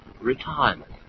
retirement